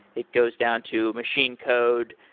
it goes down to machine code,